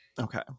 Okay